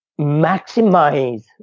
maximize